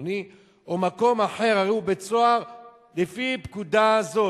פלוני או מקום אחר הרי הוא בית-סוהר לפי פקודה זו,